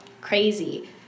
crazy